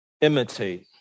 imitate